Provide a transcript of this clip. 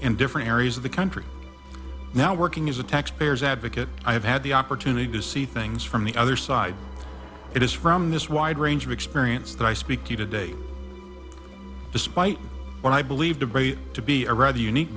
in different areas of the country now working as a taxpayer's advocate i have had the opportunity to see things from the other side it is from this wide range of experience that i speak to you today despite what i believe to great to be a rather unique